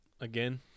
again